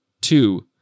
Two